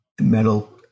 metal